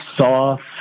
soft